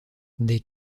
des